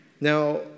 Now